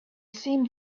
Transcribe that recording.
seemed